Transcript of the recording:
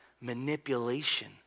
Manipulation